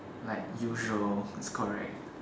like usual is correct